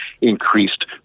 increased